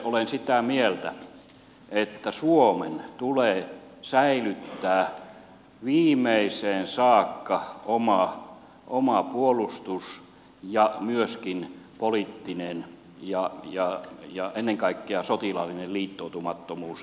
olen sitä mieltä että suomen tulee säilyttää viimeiseen saakka oma puolustus ja myöskin poliittinen ja ennen kaikkea sotilaallinen liittoutumattomuus